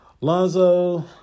Lonzo